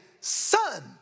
son